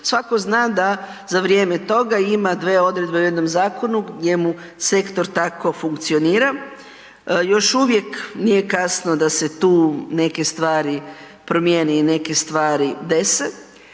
svatko zna da za vrijeme ima dvije odredbe u jednom zakonu gdje mu sektor tako funkcionira. Još uvijek nije kasno da se tu neke stvari promijeni i neke stvari dese.